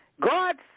God